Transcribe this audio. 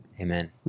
Amen